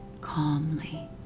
calmly